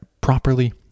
properly